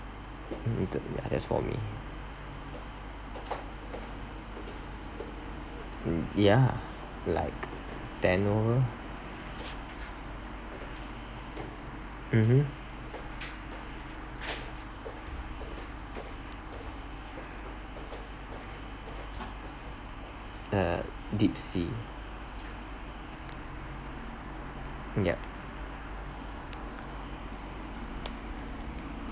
need that matters for me yeah like dan over mmhmm uh deep sea yeah